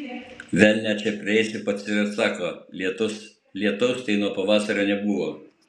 velnią čia priėsi pats ir atsako lietaus tai nuo pavasario nebuvo